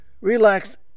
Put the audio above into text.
relax